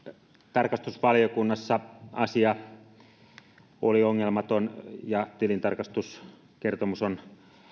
tarkastusvaliokunnassa asia oli ongelmaton ja tilintarkastuskertomus on